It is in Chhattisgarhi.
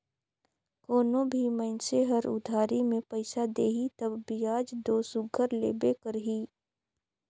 कोनो भी मइनसे हर उधारी में पइसा देही तब बियाज दो सुग्घर लेबे करही